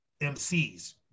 MCs